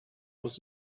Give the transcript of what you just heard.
was